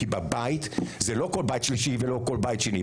זה לא כל בית שלישי ולא כל בית שני.